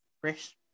fresh